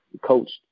coached